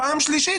ופעם שלישית,